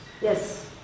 Yes